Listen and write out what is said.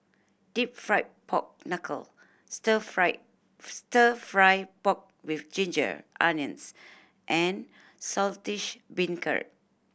Deep Fried Pork Knuckle Stir Fry Stir Fry Pork with ginger onions and Saltish Beancurd